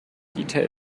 dieter